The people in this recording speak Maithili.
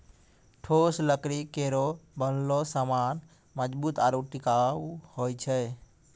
ठोस लकड़ी केरो बनलो सामान मजबूत आरु टिकाऊ होय छै